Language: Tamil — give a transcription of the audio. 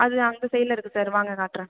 அது அந்த சைட்டில் இருக்கு சார் வாங்க காட்டுறேன்